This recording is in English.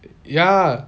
ya